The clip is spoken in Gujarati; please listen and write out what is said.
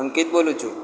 અંકિત બોલું છું